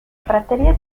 praterie